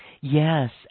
yes